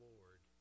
Lord